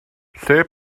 lle